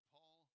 Paul